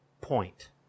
point